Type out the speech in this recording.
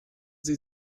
sie